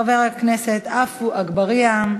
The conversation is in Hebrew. חבר הכנסת עפו אגבאריה,